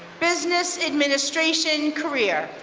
business administration career.